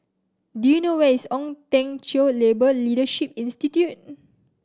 do you know where is Ong Teng Cheong Labour Leadership Institute